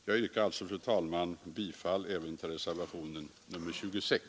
Jag yrkar alltså, fru talman, bifall även till reservationen 26.